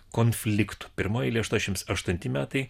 konfliktų pirmoj eilėj aštuoniasdešimt aštunti metai